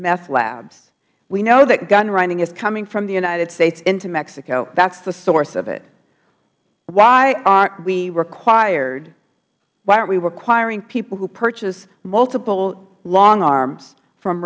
meth labs we know that gunrunning is coming from the united states into mexico that is the source of it why aren't we required why aren't we requiring people who purchase multiple long arms from